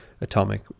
atomic